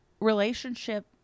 relationship